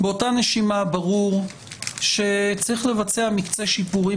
באותה נשימה ברור שצריך לבצע מקצה שיפורים